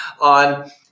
on